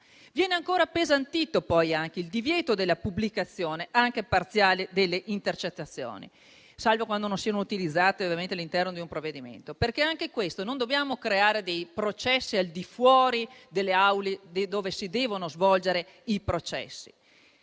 Viene inoltre rafforzato il divieto della pubblicazione, anche parziale, delle intercettazioni, salvo quando non siano utilizzate all'interno di un provvedimento. Non dobbiamo creare dei processi al di fuori delle aule dove si devono svolgere i processi